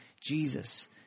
Jesus